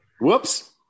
Whoops